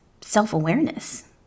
self-awareness